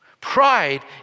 Pride